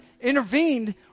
intervened